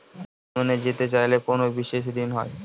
ভ্রমণে যেতে চাইলে কোনো বিশেষ ঋণ হয়?